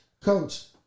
Coach